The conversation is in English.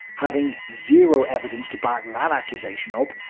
having zero evidence to back that accusation up,